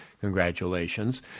Congratulations